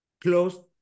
close